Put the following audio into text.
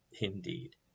Indeed